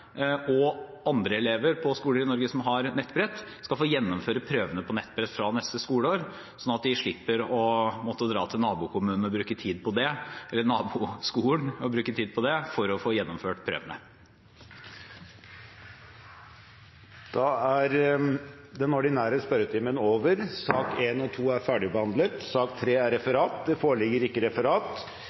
og andre elever på skoler i Norge som har nettbrett, skal få gjennomføre prøvene på nettbrett fra neste skoleår, sånn at de slipper å måtte dra til naboskolen og bruke tid på det for å få gjennomført prøvene. Da er sak nr. 2, den ordinære spørretimen, ferdigbehandlet. Det foreligger ikke noe referat. Dermed er